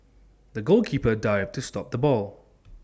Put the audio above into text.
the goalkeeper dived to stop the ball